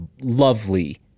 lovely